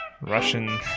Russian